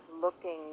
looking